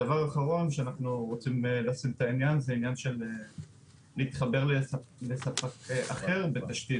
הדבר האחרון הוא העניין של להתחבר לספק אחר בתשתית.